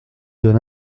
donne